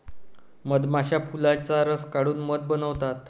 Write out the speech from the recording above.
मधमाश्या फुलांचा रस काढून मध बनवतात